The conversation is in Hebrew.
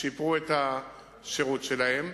שיפרו את השירות שלהן,